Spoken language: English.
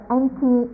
empty